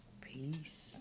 Peace